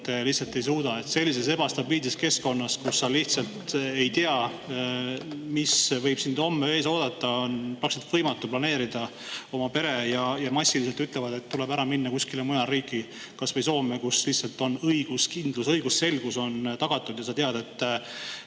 ütlevad, et sellises ebastabiilses keskkonnas, kus sa lihtsalt ei tea, mis võib sind homme ees oodata, on praktiliselt võimatu planeerida oma peret. Nad massiliselt ütlevad, et tuleb ära minna kuskile mujale riiki, kas või Soome, kus on õiguskindlus ja õigusselgus tagatud ja sa tead, et